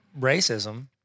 Racism